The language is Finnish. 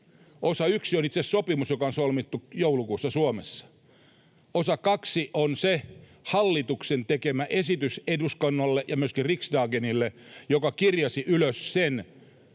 Osa yksi on itse sopimus, joka on solmittu joulukuussa Suomessa. Osa kaksi on se hallituksen tekemä esitys eduskunnalle ja myöskin riksdagenille, joka kirjasi ylös sen,